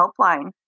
helpline